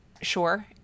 sure